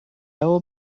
will